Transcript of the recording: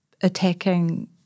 attacking